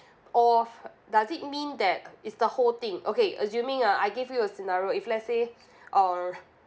or does it mean that it's the whole thing okay assuming uh I give you a scenario if let's say uh